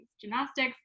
gymnastics